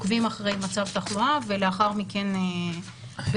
עוקבים אחרי מצב תחלואה ולאחר מכן בהתאם